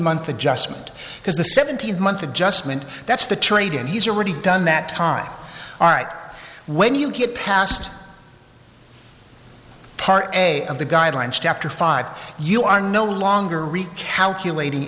month adjustment because the seventeen month adjustment that's the trade and he's already done that time all right when you get past part a of the guideline chapter five you are no longer recalculat